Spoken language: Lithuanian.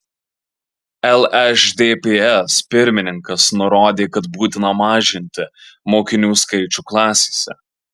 lšdps pirmininkas nurodė kad būtina mažinti mokinių skaičių klasėse